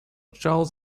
charles